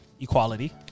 Equality